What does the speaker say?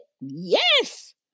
Yes